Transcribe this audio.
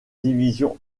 division